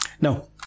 No